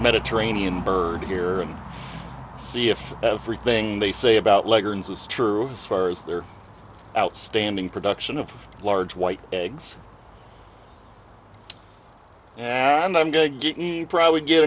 mediterranean bird here and see if everything they say about legan's is true as far as their outstanding production of large white eggs and i'm going to get probably get